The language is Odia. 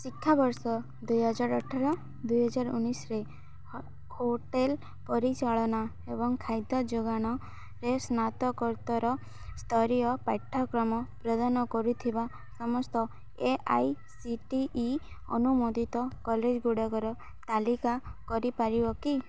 ଶିକ୍ଷାବର୍ଷ ଦୁଇହଜାର ଅଠର ଦୁଇହଜାର ଉଣେଇଶରେ ହୋଟେଲ ପରିଚାଳନା ଏବଂ ଖାଦ୍ୟ ଯୋଗାଣରେ ସ୍ନାତକୋତ୍ତର ସ୍ତରୀୟ ପାଠ୍ୟକ୍ରମ ପ୍ରଦାନ କରୁଥିବା ସମସ୍ତ A I C T E ଅନୁମୋଦିତ କଲେଜ ଗୁଡ଼ିକର ତାଲିକା କରିପାରିବ କି